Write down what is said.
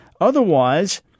Otherwise